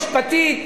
משפטית.